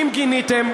אם גיניתם,